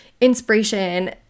inspiration